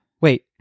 wait